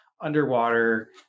underwater